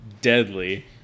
deadly